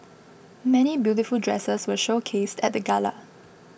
many beautiful dresses were showcased at the gala